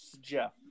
Jeff